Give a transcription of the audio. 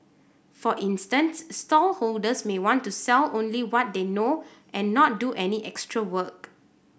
for instance stallholders may want to sell only what they know and not do any extra work